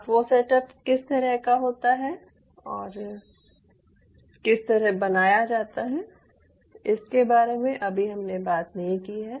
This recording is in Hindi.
अब वो सेटअप किस तरह का होता है और किस तरह बनाया जाता है इसके बारे में अभी हमने बात नहीं की है